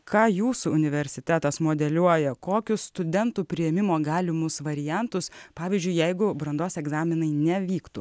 ką jūsų universitetas modeliuoja kokius studentų priėmimo galimus variantus pavyzdžiui jeigu brandos egzaminai nevyktų